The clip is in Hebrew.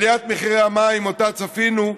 עליית מחירי המים שצפינו,